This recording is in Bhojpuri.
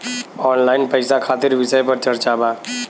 ऑनलाइन पैसा खातिर विषय पर चर्चा वा?